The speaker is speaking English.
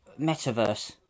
metaverse